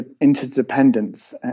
interdependence